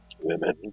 women